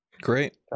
Great